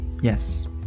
Yes